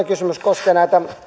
kysymys koskee